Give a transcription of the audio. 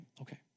Okay